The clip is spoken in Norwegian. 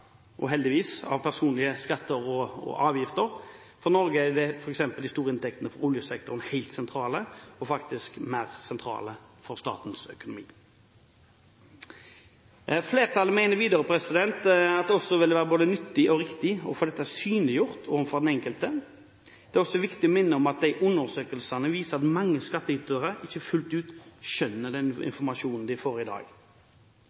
av personlige skatter og avgifter. For Norge er f.eks. de store inntektene fra oljesektoren helt sentrale, og faktisk mer sentrale, for statens økonomi. Flertallet mener videre at det også ville være både nyttig og riktig å få dette synliggjort overfor den enkelte. Det er også viktig å minne om at undersøkelser viser at mange skattytere ikke fullt ut skjønner den informasjonen de får i dag.